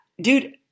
Dude